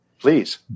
please